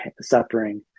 suffering